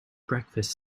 breakfast